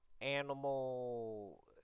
animal